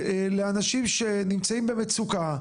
לאנשים שנמצאים במצוקה,